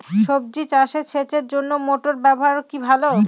সবজি চাষে সেচের জন্য মোটর ব্যবহার কি ভালো?